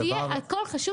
חשוב